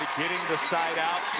the side out.